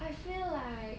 I feel like